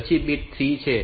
પછી બીટ 3 છે